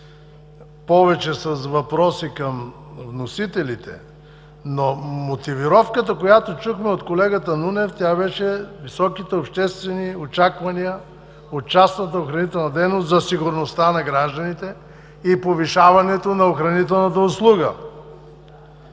Повече с въпроси към вносителите, но мотивировката, която чухме от колегата Нунев – тя беше за високите обществени очаквания от охранителната дейност за сигурността на гражданите и повишаването на охранителната услуга.